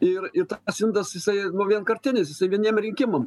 ir ir tas indas jisai vienkartinis jisai vieniem rinkimam